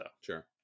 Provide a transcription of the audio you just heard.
Sure